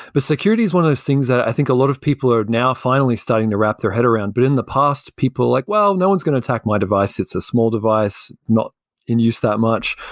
but security is one of those things that i think a lot of people are now finally starting to wrap their head around. but in the past people are like, well, no one's going to attack my device. it's a small device. not in use that much.